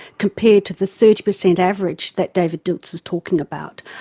compared to the thirty percent average that david dilts is talking about.